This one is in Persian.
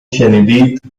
شنیدید